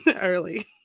early